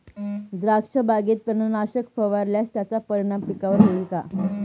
द्राक्षबागेत तणनाशक फवारल्यास त्याचा परिणाम पिकावर होईल का?